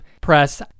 press